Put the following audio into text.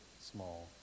small